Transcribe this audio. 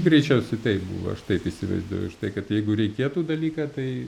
greičiausiai taip buvo aš taip įsivaizduoju už tai kad jeigu reikėtų dalyką tai